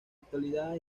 actualidad